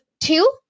two